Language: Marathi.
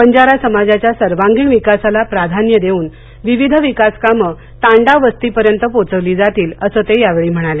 बंजारा समाजाच्या सर्वांगीण विकासाला प्राधान्य देऊन विविध विकासकामं तांडा वस्तीपर्यंत पोहोचवली जातील असं ते यावेळी म्हणाले